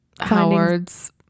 Howard's